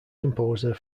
composer